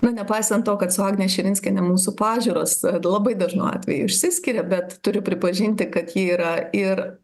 na nepaisan to kad su agne širinskiene mūsų pažiūros labai dažnu atveju išsiskiria bet turiu pripažinti kad ji yra ir